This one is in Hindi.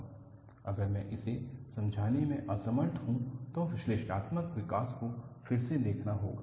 अगर मैं इसे समझाने में असमर्थ हूं तो विश्लेषणात्मक विकास को फिर से देखना होगा